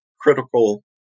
critical